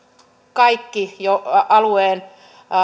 kaikki alueen